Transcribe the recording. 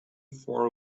for